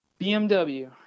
bmw